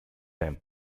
them